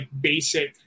basic